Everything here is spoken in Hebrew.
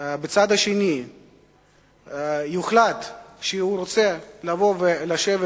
בצד השני יוחלט שהוא רוצה לבוא ולשבת